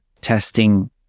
testing